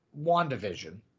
WandaVision